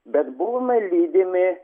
bet buvome lydimi